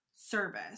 Service